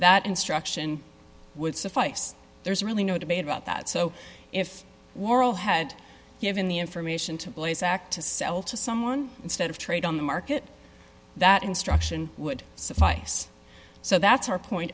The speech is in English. that instruction would suffice there's really no debate about that so if oral had given the information to blaze act to sell to someone instead of trade on the market that instruction would suffice so that's our point